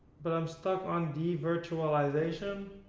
but um stuck on devirtualization.